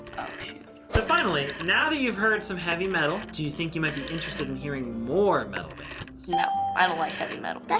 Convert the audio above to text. oh, shoot. so finally, now that you've heard some heavy metal, do you think you might be interested in hearing more metal bands? no. i don't like heavy metal. definitely.